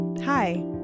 Hi